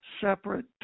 separate